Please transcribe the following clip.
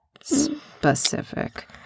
specific